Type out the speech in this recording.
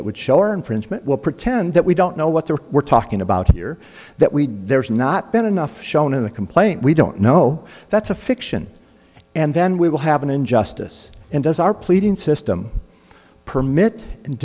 that would show or infringement will pretend that we don't know what they are we're talking about here that we there's not been enough shown in the complaint we don't know that's a fiction and then we will have an injustice and as our pleading system permit and